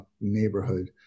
neighborhood